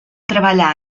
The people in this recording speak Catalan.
treballar